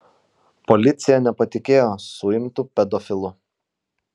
policija nepatikėjo suimtu pedofilu